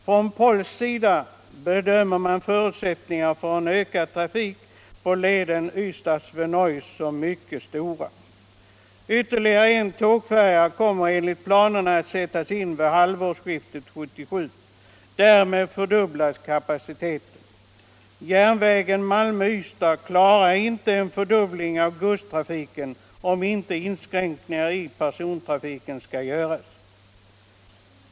Från polsk sida bedömer man förutsättningarna för en ökad trafik på leden Ystad-Swinoujscie som mycket stora. Ytterligare en tågfärja kommer enligt planerna att sättas in vid halvårsskiftet 1977. Därmed fördubblas kapaciteten. Järnvägen Malmö-Ystad klarar inte en fördubbling av godstrafiken, om inte inskränkningar i persontrafiken kan göras.